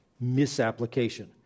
misapplication